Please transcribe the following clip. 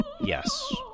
Yes